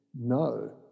No